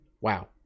Wow